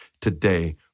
today